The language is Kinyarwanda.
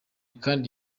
kandi